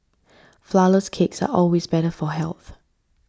Flourless Cakes are always better for health